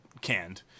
canned